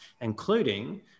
including